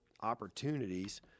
opportunities